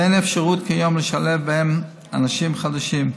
ואין אפשרות כיום לשלב בהם אנשים חדשים.